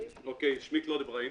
שמי קלוד אברהים.